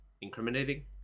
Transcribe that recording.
incriminating